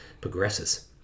progresses